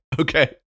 Okay